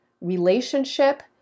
relationship